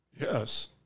Yes